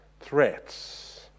threats